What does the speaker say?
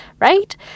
right